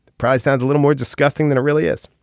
price sounds a little more disgusting than it really is.